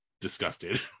disgusted